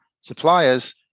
suppliers